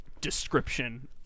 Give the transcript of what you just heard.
description